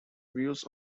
views